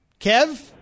Kev